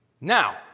Now